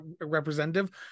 representative